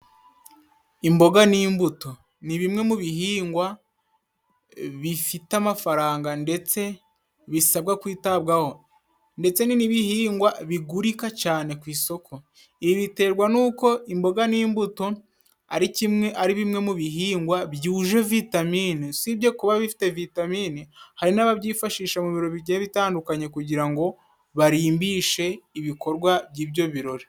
Imboga n'imbuto ni bimwe mu bihingwa bifite amafaranga ndetse bisabwa kwitabwaho ndetse n'ibihingwa bigurika cyane kwisoko. Ibi biterwa n'uko imboga n'imbuto ari kimwe ari bimwe mu bihingwa byuje vitamine usibye kuba bifite vitamine hari n'ababyifashisha mu biro bigiye bitandukanye kugira ngo barimbishe ibikorwa by'ibyo birori.